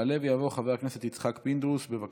יעלה ויבוא חבר הכנסת יצחק פינדרוס, בבקשה.